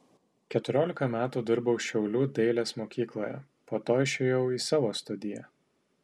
keturiolika metų dirbau šiaulių dailės mokykloje po to išėjau į savo studiją